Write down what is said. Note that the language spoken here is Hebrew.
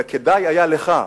וכדאי היה לך,